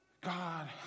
God